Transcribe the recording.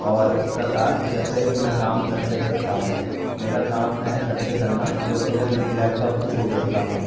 और इस प्रकार जैसे कि मैं काम घर से करता हूँ मेरा काम है घर से करना जो कि मैं लैपटॉप के थ्रू करता हूँ